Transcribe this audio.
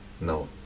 no